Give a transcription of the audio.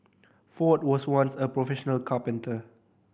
Ford was once a professional carpenter